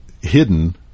hidden